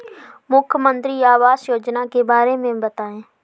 मुख्यमंत्री आवास योजना के बारे में बताए?